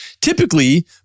typically